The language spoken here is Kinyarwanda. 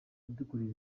yadukoreye